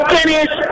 Finish